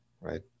right